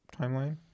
timeline